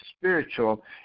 spiritual